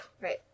Right